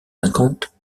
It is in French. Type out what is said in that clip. cinquante